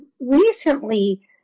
recently